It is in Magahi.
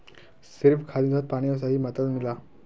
सिर्फ खाद नी वहात पानियों सही मात्रात मिला